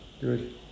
good